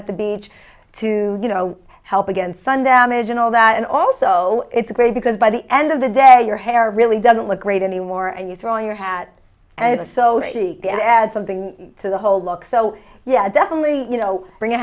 at the beach to you know help against sundown it and all that and also it's great because by the end of the day your hair really doesn't look great anymore and you throw your hat and so she can add something to the whole look so yeah definitely you know bring a